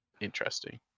interesting